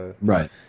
Right